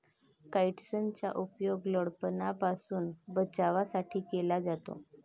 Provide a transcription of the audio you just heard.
काइट्सनचा उपयोग लठ्ठपणापासून बचावासाठी केला जातो